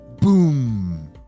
boom